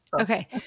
Okay